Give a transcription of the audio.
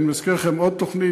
אני מזכיר לכם עוד תוכנית,